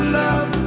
love